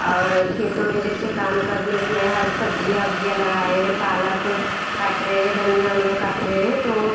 और खेतों में जैसे काम करने समय हर सब्ज़ियाँ उब्जियाँ लगा रहे हैं पालक काट रहे धनिया उनिया काट रहे हैं तो